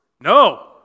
No